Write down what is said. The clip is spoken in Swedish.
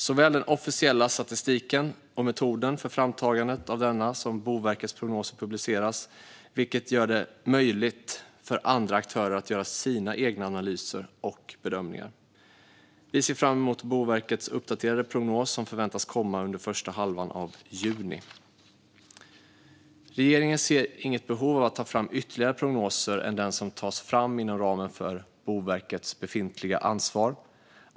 Såväl den officiella statistiken och metoden för framtagandet av denna som Boverkets prognoser publiceras, vilket gör det möjligt för andra aktörer att göra sina egna analyser och bedömningar. Vi ser fram emot Boverkets uppdaterade prognos som förväntas komma under första halvan av juni. Regeringen ser inget behov av att ta fram ytterligare prognoser än den som tas fram inom ramen för Boverkets befintliga ansvar.